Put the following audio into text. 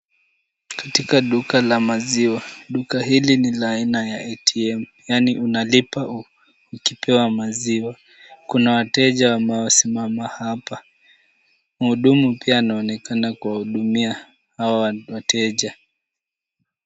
Katika duka la maziwa. Duka hili ni la aina ya ATM yaani unalipa ukipewa maziwa. Kuna wateja wamesimama hapa. Mhudumu pia anaonekana kuwahudumia hawa wateja.